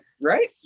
Right